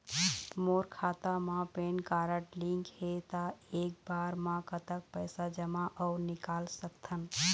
मोर खाता मा PAN card link हे ता एक बार मा कतक पैसा जमा अऊ निकाल सकथन?